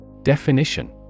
Definition